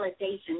validation